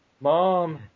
Mom